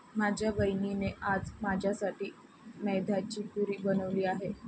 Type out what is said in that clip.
माझ्या बहिणीने आज माझ्यासाठी मैद्याची पुरी बनवली आहे